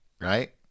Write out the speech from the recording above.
Right